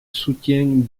soutien